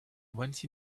once